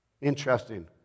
Interesting